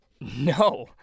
No